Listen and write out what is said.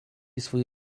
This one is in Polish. swój